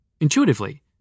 Intuitively